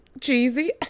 cheesy